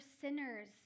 sinners